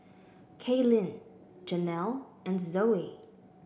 Kaylyn Janelle and Zoey